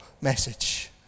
message